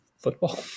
football